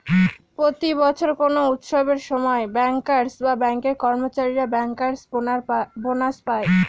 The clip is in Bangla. প্রতি বছর কোনো উৎসবের সময় ব্যাঙ্কার্স বা ব্যাঙ্কের কর্মচারীরা ব্যাঙ্কার্স বোনাস পায়